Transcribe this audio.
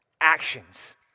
actions